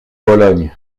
pologne